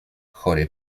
chory